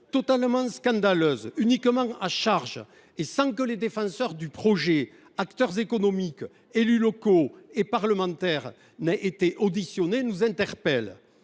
totalement scandaleuses, uniquement à charge et élaborées sans que les défenseurs du projet, acteurs économiques, élus locaux et parlementaires, aient été auditionnés, nous interpellent.